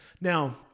now